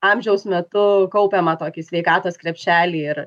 amžiaus metu kaupiamą tokį sveikatos krepšelį ir